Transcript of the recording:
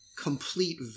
complete